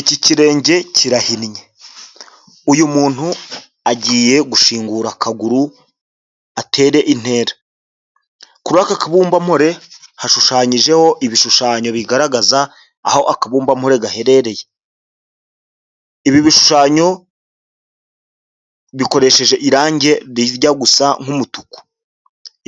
Iki kirenge kirahinnye, uyu muntu agiye gushingura akaguru atere intera, kuri aka kabumbampore hashushanyije ibishushanyo bigaragaza, aho akabumbampore gaherereye, ibi bishushanyo bikoresheje irangi rijya gusa nk'umutuku,